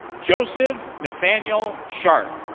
joseph nathaniel sharp.